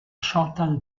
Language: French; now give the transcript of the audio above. chantal